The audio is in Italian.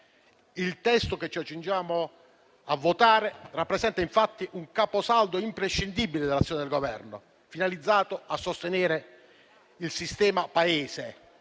Il testo che ci accingiamo a votare rappresenta, infatti, un caposaldo imprescindibile dell'azione del Governo, finalizzato a sostenere il sistema Paese,